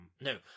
No